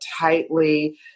tightly